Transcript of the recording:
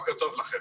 לכם,